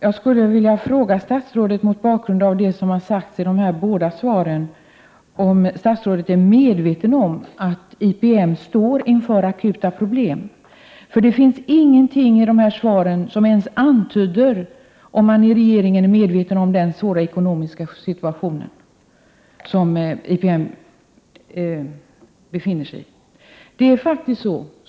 Herr talman! Är statsrådet, mot bakgrund av det som har sagts i svaren, medveten om att IPM står inför akuta problem? Det finns ingenting i svaren som ens antyder om man i regeringen är medveten om den svåra ekonomiska situation som IPM befinner sig i.